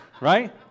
Right